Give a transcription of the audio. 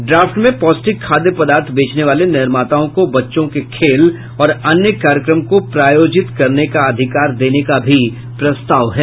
draft में पौष्टिक खाद्य पदार्थ बेचने वाले निर्माताओं को बच्चों के खेल और अन्य कार्यक्रम को प्रायोजित करने का अधिकार देने का भी प्रस्ताव है